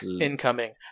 incoming